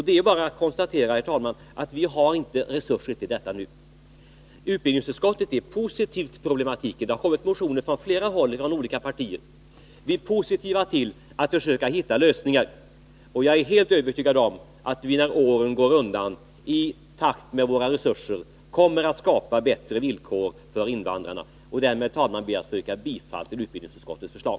Det är bara att konstatera, herr talman, att vi inte har resurser till detta nu. Utbildningsutskottet är positivt till ett lösande av problematiken. Det har kommit motioner från flera håll, ifrån olika partier. Vi är positiva till att försöka hitta lösningar, och jag är helt övertygad om att vi, allteftersom åren går undan, i takt med våra resurser kommer att skapa bättre villkor för invandrarna. Därmed, herr talman, ber jag att få yrka bifall till utskottets förslag.